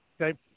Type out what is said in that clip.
Okay